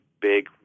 big